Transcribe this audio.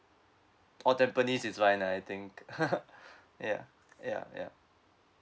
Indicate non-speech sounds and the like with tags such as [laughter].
or tampines is fine lah and I think [laughs] ya ya ya